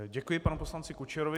Děkuji panu poslanci Kučerovi.